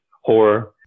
horror